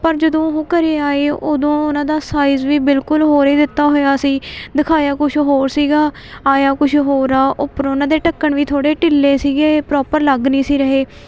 ਪਰ ਜਦੋਂ ਉਹ ਘਰ ਆਏ ਉਦੋਂ ਉਹਨਾਂ ਦਾ ਸਾਈਜ਼ ਵੀ ਬਿਲਕੁਲ ਹੋਰ ਏ ਦਿੱਤਾ ਹੋਇਆ ਸੀ ਦਿਖਾਇਆ ਕੁਛ ਹੋਰ ਸੀਗਾ ਆਇਆ ਕੁਛ ਹੋਰ ਆ ਉੱਪਰ ਉਹਨਾਂ ਦੇ ਢੱਕਣ ਵੀ ਥੋੜ੍ਹੇ ਢਿੱਲੇ ਸੀਗੇ ਪ੍ਰੋਪਰ ਲੱਗ ਨਹੀਂ ਸੀ ਰਹੇ